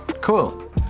cool